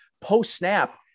post-snap